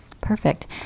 Perfect